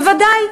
בוודאי.